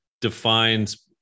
defines